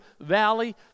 Valley